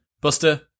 Buster